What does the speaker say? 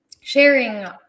sharing